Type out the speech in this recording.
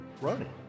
running